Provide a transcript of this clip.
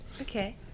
Okay